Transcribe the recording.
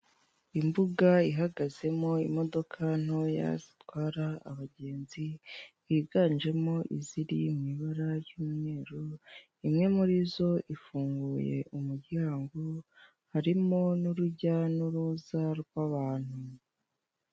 Imbuga ihagazemo imodoka ntoya zitwara abagenzi, higanjemo iziri mwibara ry'umweru, imwe murizo ifunguye umuryango, harimo nurujya nuruza rw'abantu.